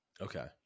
okay